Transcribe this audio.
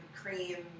cream